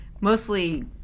mostly